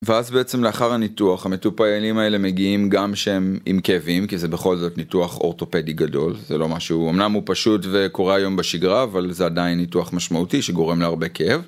ואז בעצם לאחר הניתוח המטופילים האלה מגיעים גם שהם עם כאבים, כי זה בכל זאת ניתוח אורתופדי גדול, זה לא משהו.. אמנם הוא פשוט וקורה היום בשגרה, אבל זה עדיין ניתוח משמעותי שגורם להרבה כאב.